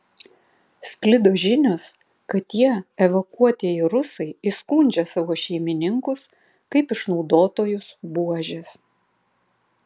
sklido žinios kad tie evakuotieji rusai įskundžia savo šeimininkus kaip išnaudotojus buožes